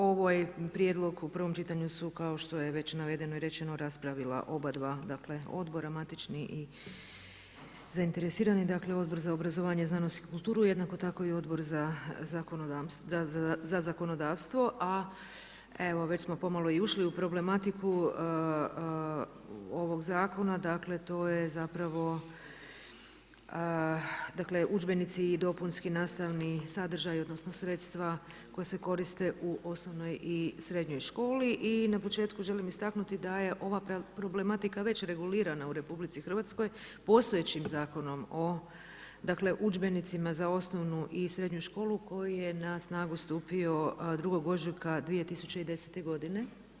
Ovaj prijedlog su u prvom čitanju, kao što je već navedeno i rečeno raspravila obadva Odbora, matični i zainteresirani, dakle Odbor za obrazovanje, znanost i kulturu jednako tako i Odbor za zakonodavstvo, a evo već smo pomalo ušli u problematiku ovog zakona dakle, to je zapravo, dakle, udžbenici i dopunski nastavni sadržaji, odnosno sredstva koja se koriste u osnovnoj i srednjoj školi i na početku želim istaknuti da je ova problematika već regulirana u Republici Hrvatskoj postojećim Zakonom o dakle udžbenicima za osnovnu i srednju školu koji je na snagu stupio 2. ožujka 2010. godine.